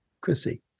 Chrissy